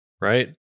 right